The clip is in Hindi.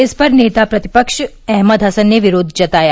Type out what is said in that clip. इस पर नेता प्रतिप्स अहमद हसन ने विरोध जताया